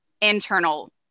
internal